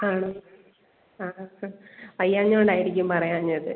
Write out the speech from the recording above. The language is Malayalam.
ആണോ ആ ആ ആ വയ്യാഞ്ഞോണ്ട് ആയിരിക്കും പറയാഞ്ഞത്